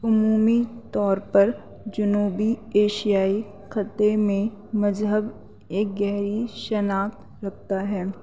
عمومی طور پر جنوبی ایشیائی خطے میں مذہب ایک گہری شناخت رکھتا ہے